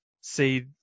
see